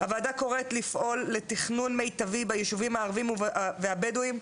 הוועדה קוראת לפעול לתכנון מיטבי ביישובים הערבים והבדואים,